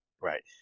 Right